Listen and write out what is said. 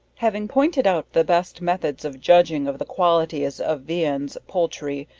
having pointed out the best methods of judging of the qualities of viands, poultry,